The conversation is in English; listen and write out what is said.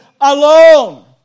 alone